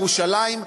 ירושלים.